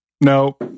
No